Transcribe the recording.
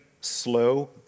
slow